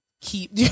keep